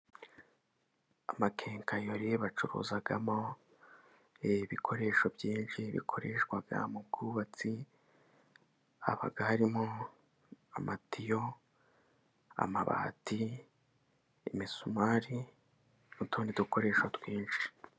Amakenkayori bacururizamo ibikoresho byinshi bikoreshwa mu bwubatsi, haba harimo amatiyo, amabati, imisumari, n'utundi dukoresho twinshi.